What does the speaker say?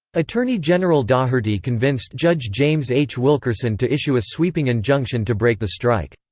attorney general daugherty convinced judge james h. wilkerson to issue a sweeping injunction to break the strike.